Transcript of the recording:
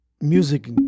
music